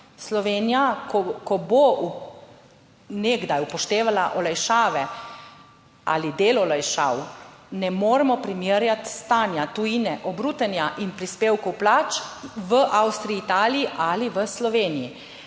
Slovenija, ko bo nekdaj upoštevala olajšave ali del olajšav ne moremo primerjati stanja tujine, obrutenja in prispevkov plač v Avstriji, Italiji ali v Sloveniji